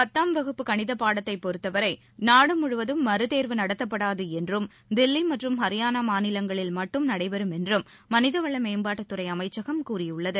பத்தாம் வகுப்பு கணிதப் பாடத்தை பொறுத்தவரை நாடு முழுவதும் மறு தேர்வு நடத்தப்படாது என்றும் தில்லி மற்றும் ஹரியானா மாநிலங்களில் மட்டும் நடைபெறும் என்றும் மனிதவள மேம்பாட்டுத்துறை அமைச்சகம் கூறியுள்ளது